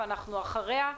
ואנחנו אחריה?